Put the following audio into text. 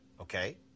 okay